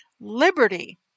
liberty